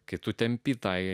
kai tu tempi tą